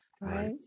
Right